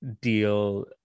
deal